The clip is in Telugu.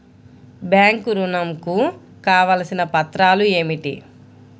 బ్యాంక్ ఋణం కు కావలసిన పత్రాలు ఏమిటి?